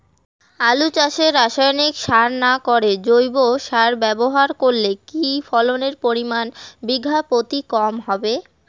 আলু চাষে রাসায়নিক সার না করে জৈব সার ব্যবহার করলে কি ফলনের পরিমান বিঘা প্রতি কম হবে?